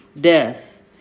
death